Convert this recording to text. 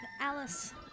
Alice